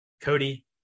Cody